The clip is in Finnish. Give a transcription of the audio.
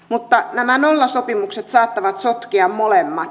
mutta nämä nollasopimukset saattavat sotkea molemmat